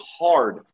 hard